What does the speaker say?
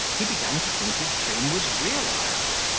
he began to think his dream was realised,